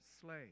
slave